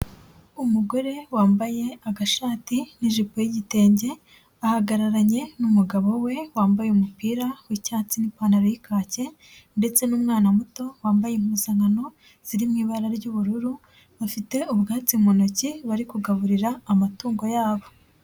Umugore wambaye agashati n'ijipo y'igitenge, ahagararanye n'umugabo we wambaye umupira w'icyatsi n'ipantaro y'ikake ndetse n'umwana muto wambaye impuzankano ziri mu ibara ry'ubururu, bafite ubwatsi mu ntoki bari kugaburira amatungo yabo.